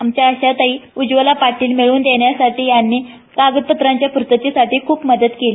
आमच्या आशाताई उज्ज्वला पाटील मिळवून देण्यासाठी यांनी कागद पत्रांच्या पूर्ततेसाठी खूप मदत केली